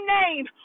name